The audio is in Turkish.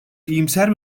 iyimser